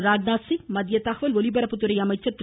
ராஜ்நாத் சிங் மத்திய தகவல் ஒலிபரப்புத்துறை அமைச்சர் திரு